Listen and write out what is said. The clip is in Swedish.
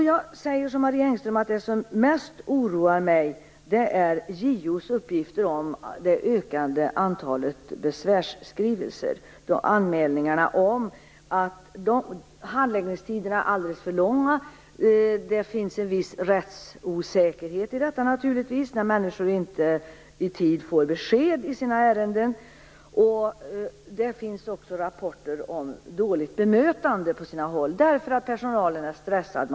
Jag säger som Marie Engström, att det som oroar mig mest är JO:s uppgifter om det ökande antalet besvärsskrivelser och anmälningar om att handläggningstiderna är alldeles för långa. Det finns naturligtvis en viss rättsosäkerhet i detta när människor inte får besked i sina ärenden i tid. Det finns också rapporter om dåligt bemötande på sina håll därför att personalen är stressad.